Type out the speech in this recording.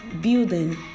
building